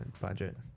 budget